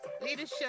leadership